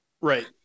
Right